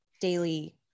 daily